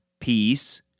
peace